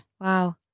wow